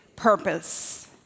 purpose